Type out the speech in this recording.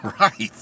Right